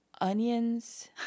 onions